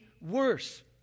worse